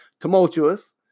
Tumultuous